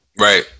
Right